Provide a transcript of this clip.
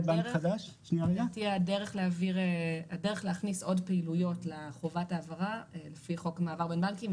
לדעתי הדרך להכניס עוד פעילויות לחובת ההעברה לפי חוק מעבר בין בנקים,